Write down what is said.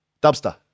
Dubster